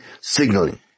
signaling